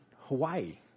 Hawaii